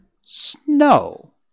Snow